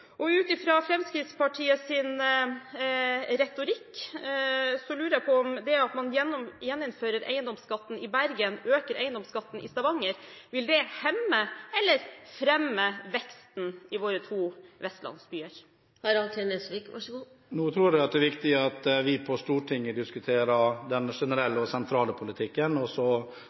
Og ut fra Fremskrittspartiets retorikk lurer jeg på om det at man gjeninnfører eiendomsskatten i Bergen og øker den i Stavanger, vil hemme eller fremme veksten i våre to vestlandsbyer. Nå tror jeg det er viktig at vi på Stortinget diskuterer den generelle og sentrale politikken, og så